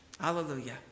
Hallelujah